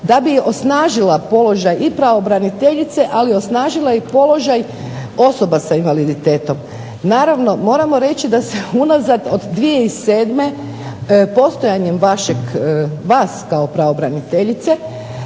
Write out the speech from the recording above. da bi osnažila položaj i pravobraniteljice ali i osnažila osobe sa invaliditetom. Naravno moramo reći da se unazad od 2007. postojeći vas kao pravobraniteljice